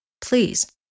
Please